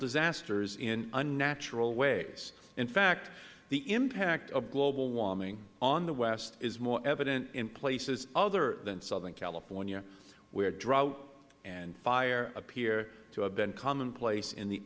disasters in unnatural ways in fact the impact of global warming on the west is more evident in places other than southern california where drought and fire appear to have been commonplace in the